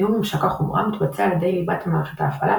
ניהול ממשק החומרה מתבצע על ידי ליבת מערכת ההפעלה,